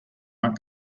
white